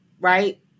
right